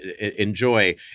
enjoy